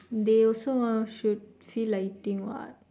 they also ah should feel like eating what